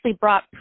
brought